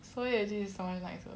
so ye-ji sound nicer